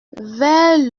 vers